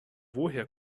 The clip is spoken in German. woher